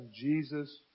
Jesus